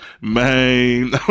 man